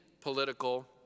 political